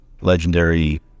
legendary